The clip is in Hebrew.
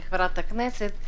כחברת כנסת,